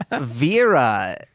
Vera